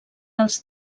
als